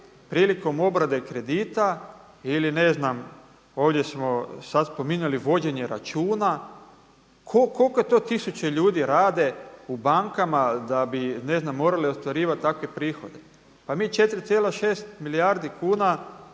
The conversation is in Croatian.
prilikom obrade kredita ili ne znam ovdje smo sad spominjali vođenje računa. Koliko to tisuće ljudi rade u bankama da bi ne znam morali ostvarivati takve prihode. Pa mi 4,6 milijardi kuna,